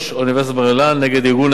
אוניברסיטת בר-אילן נגד ארגון הסגל